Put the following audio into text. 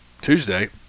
Tuesday